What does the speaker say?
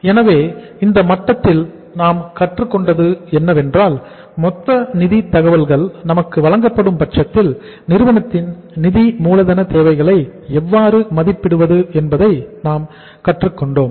எனவே இந்த மட்டத்தில் நாம் கற்றுக் கொண்டது என்னவென்றால் மொத்த நிதி தகவல்கள் நமக்கு வழங்கப்படும் பட்சத்தில் நிறுவனத்தின் நிதி மூலதன தேவைகளை எவ்வாறு மதிப்பிடுவது என்பதை நாம் கற்றுக்கொண்டோம்